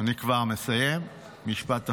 אני כבר מסיים, משפט אחרון,